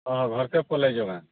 ହଁ ଘରକେ ପଲେଇ ଯିବା